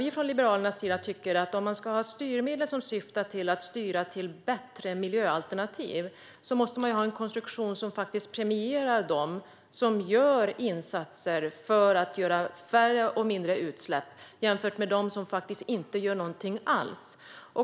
Vi från Liberalernas sida tycker att om det ska finnas styrmedel som syftar till bättre miljöalternativ, måste det finnas en konstruktion som premierar dem som gör insatser för färre och mindre utsläpp jämfört med dem som faktiskt inte gör något alls.